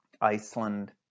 Iceland